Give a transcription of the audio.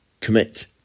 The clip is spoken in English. commit